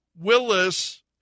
Willis